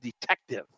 detective